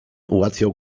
ułatwiał